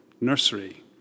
nursery